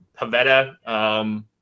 Pavetta